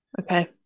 Okay